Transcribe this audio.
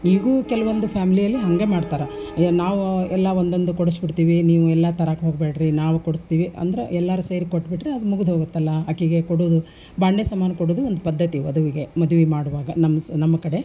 ಈಗ್ಲೂ ಕೆಲ್ವೊಂದು ಫ್ಯಾಮಿಲಿಯಲ್ಲಿ ಹಾಗೆ ಮಾಡ್ತಾರೆ ಈಗ ನಾವು ಎಲ್ಲ ಒಂದೊಂದು ಕೊಡಿಸ್ಬಿಡ್ತೀವಿ ನೀವು ಎಲ್ಲ ತರಕ್ಕೆ ಹೋಗ್ಬೇಡ್ರಿ ನಾವು ಕೊಡಿಸ್ತೀವಿ ಅಂದ್ರೆ ಎಲ್ಲರೂ ಸೇರಿ ಕೊಟ್ಟುಬಿಟ್ರೆ ಅದು ಮುಗದು ಹೋಗುತ್ತಲ್ಲ ಆಕಿಗೆ ಕೊಡುವುದು ಭಾಂಡೆ ಸಾಮಾನು ಕೊಡುವುದು ಒಂದು ಪದ್ಧತಿ ವಧುವಿಗೆ ಮದ್ವೆ ಮಾಡುವಾಗ ನಮ್ಮ ಸ್ ನಮ್ಮ ಕಡೆ